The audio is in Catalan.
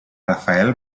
rafael